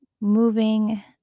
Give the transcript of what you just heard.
moving